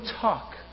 talk